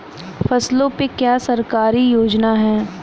फसलों पे क्या सरकारी योजना है?